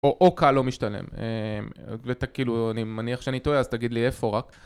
או קהל לא משתלם, ואתה כאילו, אני מניח שאני טועה אז תגיד לי איפה רק